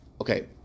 Okay